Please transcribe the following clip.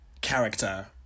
character